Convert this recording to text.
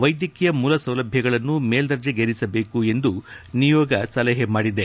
ವೈದ್ಯಕೀಯ ಮೂಲ ಸೌಲಭ್ಯಗಳನ್ನು ಮೇಲ್ದರ್ಜೆಗೇರಿಸಬೇಕು ಎಂದು ನಿಯೋಗ ಸಲಹೆ ಮಾಡಿದೆ